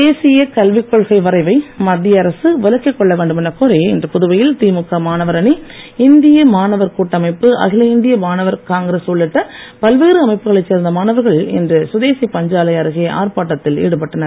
தேசிய கல்வி கொள்கை வரைவைன மத்திய அரசு விலக்கிக் கொள்ள வேண்டுமெனக் கோரி இன்று புதுவையில் திமுக மாணவர் அணி இந்திய மாணவர் கூட்டமைப்பு அகில இந்திய மாணவர் காங்கிரஸ் உள்ளிட்ட பல்வேறு அமைப்புகளைச் சேர்ந்த மாணவர்கள் இன்று சுதேசி பஞ்சாலை அருகே ஆர்ப்பாட்டத்தில் ஈடுபட்டனர்